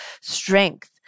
strength